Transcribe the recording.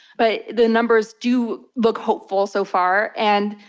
but the numbers do look hopeful so far, and,